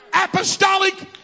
apostolic